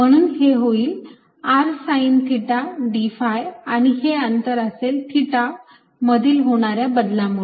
म्हणून हे होईल r sine theta d phi आणि हे अंतर असेल थिटा मधील होणाऱ्या बदलामुळे